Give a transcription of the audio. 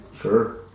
Sure